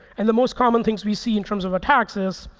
and the most common things we see in terms of attacks is,